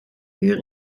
uur